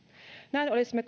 näin olisimme